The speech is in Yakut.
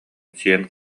сиэн